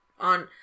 on